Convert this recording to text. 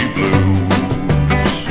Blues